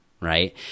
right